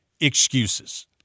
excuses